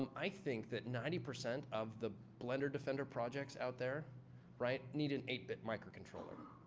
um i think that ninety percent of the blender defender projects out there right? need an eight bit microcontroller.